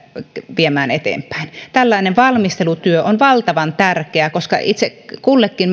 viemään eteenpäin tällainen valmistelutyö on valtavan tärkeää koska itse kullekin